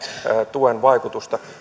tuen vaikutusta nyt